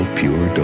pure